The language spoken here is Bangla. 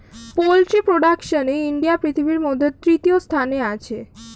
পোল্ট্রি প্রোডাকশনে ইন্ডিয়া পৃথিবীর মধ্যে তৃতীয় স্থানে আছে